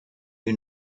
you